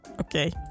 okay